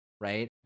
right